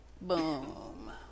boom